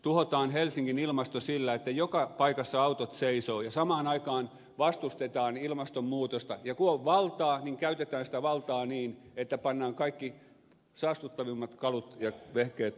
tuhotaan helsingin ilmasto sillä että joka paikassa autot seisovat ja samaan aikaan vastustetaan ilmastonmuutosta ja kun on valtaa niin käytetään sitä valtaa niin että pannaan kaikki saastuttavimmat kalut ja vehkeet tuohon noin seisomaan